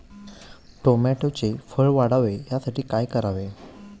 टोमॅटोचे फळ वाढावे यासाठी काय करावे?